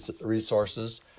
resources